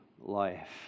life